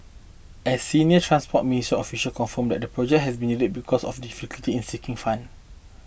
a senior Transport Ministry official confirmed the project has been delayed because of a difficulty in seeking fund